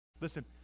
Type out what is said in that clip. Listen